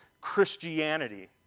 Christianity